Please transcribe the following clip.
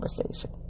conversation